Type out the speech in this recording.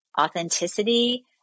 authenticity